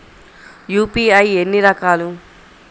UPI ఎన్ని రకాలు?